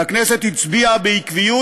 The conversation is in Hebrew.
והכנסת הצביעה בעקביות